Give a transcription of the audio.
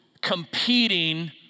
competing